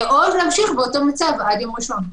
או להמשיך באותו מצב עד יום ראשון.